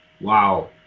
Wow